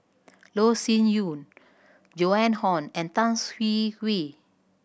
Loh Sin Yun Joan Hon and Tan Hwee Hwee